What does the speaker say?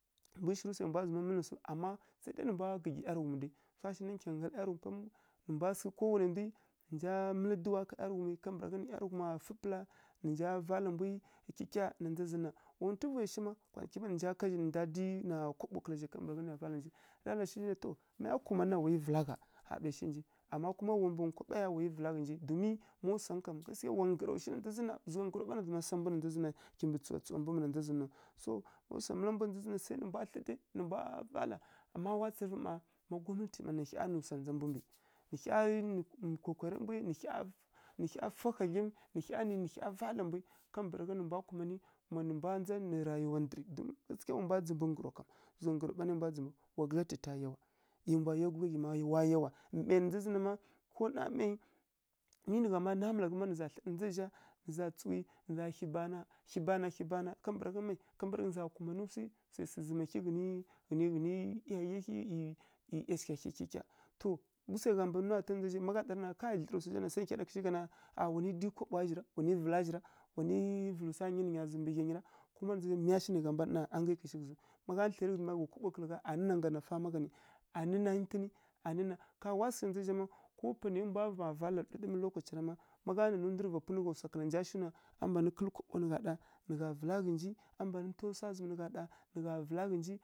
Mbwi shirǝ swai mbwa zǝma mǝlǝ nǝ swu naw ama sai dai nǝ mbwa gǝggyi ˈyarǝghum dai swa shi na nggyi yi ˈyarǝghumǝw swa shina nggyangǝ ˈyarǝghu pa maw sai dai nǝ mwa sǝghǝ nǝ mbwa mǝlǝ dǝwa ka ˈyarǝghumi kambǝragha nǝ ˈyarǝghumi fǝ pǝla nǝ nja vala mbwi kyikya na ndza zǝn na wa ntuvaya shi má kwana ki nǝ nja ká zhi nǝ nja dǝyi kǝla nto wa kaɓo kǝlazhi nǝya vala ghǝnji rǝ ya ɗa kǝshi ghǝnji na to maya kumanǝ nǝ na wayu vǝla gha ƙha pazhi kǝshi ghǝnji amma kuma wa ɓǝ nkwaɓaya wu yi vǝla ghǝnji domin ma swangǝ kam gasikiya wa nggǝro shi na ndza zǝn na zugha nggǝro ɓa na zǝma sa mbu na ndza zǝn naw kimbǝ tsǝwa tsǝwa mbwi ma swa mbwa mǝla mbwi na ndza zǝn na sai nǝ mbwa thlǝ na mbwa vala amma ma gwamnati mma wa tsǝrǝvǝ nǝ hya nǝ swa ndza mbu mbǝ nǝ hya nǝ kokwariya mbwi nǝ hya nǝ nǝ hya vala mbwi kambǝragha nǝ mbwa kumanǝ nǝ mbwa ndza nǝ rayiwa ndǝrǝ gaskiya wa dzǝmbǝ nggǝro kam zugha nggǝrowa mbwa ndzǝ mbu wa gǝdlyatitya yawa mbwa yá gudlya ghyi ma ya yawa mai na ndza zǝn na ma ko namai ma mi nǝ gha ma namalaghǝ na ndza zǝ zha nǝ za tsǝwi nǝ za hi bana hi bana hi bana kambǝragha nǝ kambǝragha nǝ za kumanǝ swai sǝghǝ zǝma ghǝni ghǝni ghǝni ˈyi ˈyashigha hyi kyikya to wu swai gha mbanǝ ma ghá ɗarǝ na ndza zǝ zha na dlǝra wsa zha sai nǝ hya ɗa kǝshi gha na wu nǝ dǝyi kaɓowa zhi ra wa nǝ vǝla zhi ra wu nǝ vǝlǝw swa ghǝnyi nai nya mban zǝmǝ mbǝ ghya nyi ra miya shi nai gha mban magha ghǝzǝw kaɓo kǝla gha na fama gha nǝ anǝ na ntǝnǝ kai wa sǝghǝrǝvǝ na ndza zǝ zha ma ko panai mbwa va vala ɗǝɗǝmǝ lokaca ra ma má gha nanǝ ndu rǝ vapunǝ gha swa kǝla ghǝnja shiw na a mban kǝlǝ kaɓo nǝ gha ɗa nǝ vǝla ghǝnji a mban taw swa zǝmǝ nǝ gha ɗa nǝ gha vǝla ghǝnji.